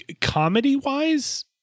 comedy-wise